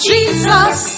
Jesus